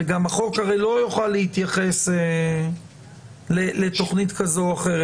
והחוק גם לא יוכל להתייחס לתוכנית כזו או אחרת,